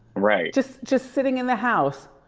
right. just just sitting in the house